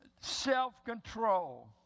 self-control